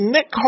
Nick